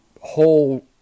whole